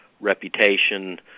reputation